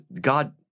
God